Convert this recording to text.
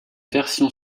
version